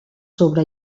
sobre